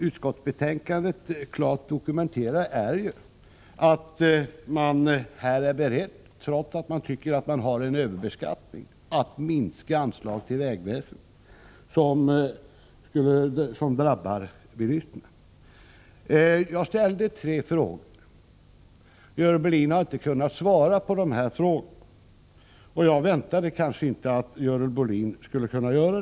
Utskottsbetänkandet dokumenterar klart att moderaterna — trots att de tycker att vi har en överbeskattning — är beredda att minska anslaget till vägverket, vilket drabbar bilisterna. Jag ställde tre frågor. Görel Bohlin har inte kunnat svara på dem, vilket jag kanske inte hade väntat mig att hon skulle kunna göra.